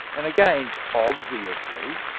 and again obviously,